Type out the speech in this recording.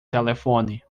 telefone